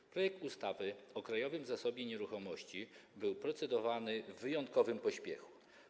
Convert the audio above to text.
Nad projektem ustawy o Krajowym Zasobie Nieruchomości procedowano w wyjątkowym pośpiechu.